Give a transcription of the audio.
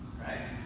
Right